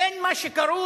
אין מה שקרוי